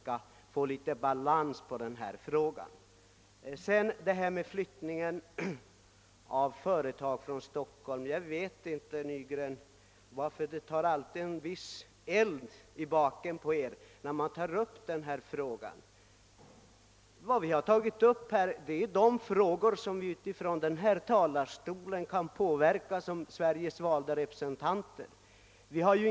När det gäller frågan om utflyttning en av företag från Stockholm vet jag inte, herr Nygren, varför det alltid tar eld i baken på er när vi berör den frågan. Vad vi här diskuterat är frågor, som de valda representanterna för Sveriges folk från denna talarstol kan påverka.